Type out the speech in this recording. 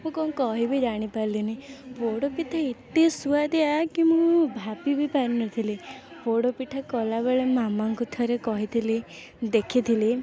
ମୁଁ କ'ଣ କହିବି ଜାଣିପାରିଲିନି ପୋଡ଼ପିଠା ଏତେ ସୁଆଦିଆ କି ମୁଁ ଭାବିବି ପାରିନଥିଲି ପୋଡ଼ପିଠା କଲାବେଳେ ମାମାଙ୍କୁ ଥରେ କହିଥିଲି ଦେଖିଥିଲି